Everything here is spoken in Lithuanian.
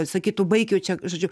sakytų baik jau čia žodžiu